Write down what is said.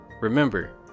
Remember